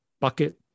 bucket